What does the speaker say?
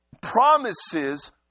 promises